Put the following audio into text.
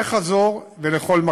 וחזור, ולכל מקום.